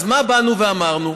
אז מה באנו ואמרנו?